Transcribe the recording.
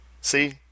See